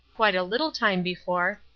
quite a little time before,